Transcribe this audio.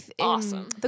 awesome